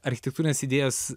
architektūrinės idėjos